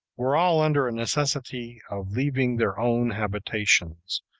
were all under a necessity of leaving their own habitations,